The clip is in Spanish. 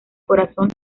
corazón